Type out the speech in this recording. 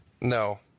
No